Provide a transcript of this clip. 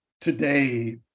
today